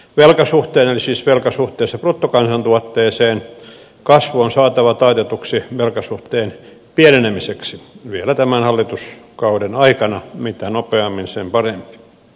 velkasuhteen eli siis velka suhteessa bruttokansantuotteeseen kasvu on saatava taitetuksi velkasuhteen pienenemiseksi vielä tämän hallituskauden aikana mitä nopeammin sen parempi